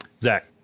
Zach